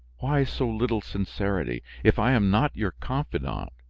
why so little sincerity? if i am not your confidant,